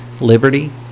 Liberty